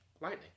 lightning